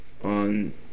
on